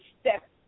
step